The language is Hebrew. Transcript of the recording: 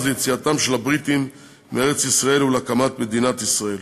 ליציאתם של הבריטים מארץ-ישראל ולהקמת מדינת ישראל.